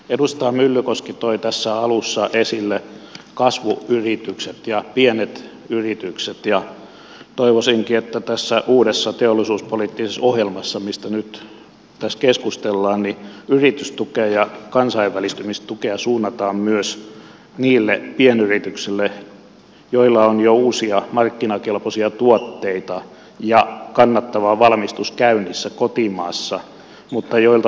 edustaja myllykoski toi tässä alussa esille kasvuyritykset ja pienet yritykset ja toivoisinkin että tässä uudessa teollisuuspoliittisessa ohjelmassa mistä nyt tässä keskustellaan yritystukea ja kansainvälistymistukea suunnataan myös niille pienyrityksille joilla on jo uusia markkinakelpoisia tuotteita ja kannattava valmistus käynnissä kotimaassa mutta joilta puuttuu rahoitusta ja vientiosaamista